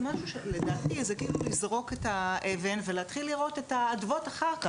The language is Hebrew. לדעתי זה לזרוק את האבן ולהתחיל לראות את האדוות אחר כך,